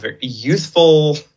youthful